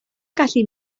gallu